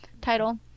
title